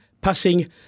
passing